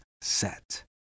set